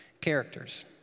characters